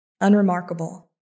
unremarkable